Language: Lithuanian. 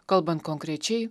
kalbant konkrečiai